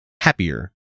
happier